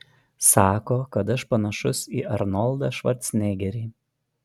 sako kad aš panašus į arnoldą švarcnegerį